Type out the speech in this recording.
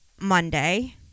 Monday